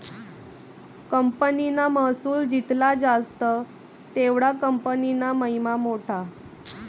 कंपनीना महसुल जित्ला जास्त तेवढा कंपनीना महिमा मोठा